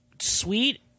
Sweet